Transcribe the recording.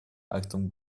актом